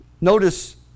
Notice